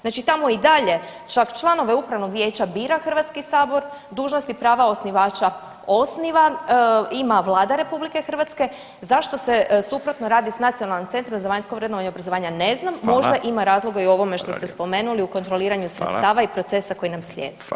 Znači tamo i dalje čak članove upravnog vijeća bira Hrvatski sabor, dužnost i prava osnivača osniva ima Vlada RH, zašto se suprotno radi s Nacionalnom centrom za vanjsko vrednovanje obrazovanja, ne znam, možda ima razloga i ovome što ste spomenuli u kontroliranju sredstava i procesa koji nam slijede.